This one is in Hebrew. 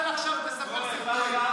אז אל תספר סיפורים.